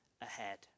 ahead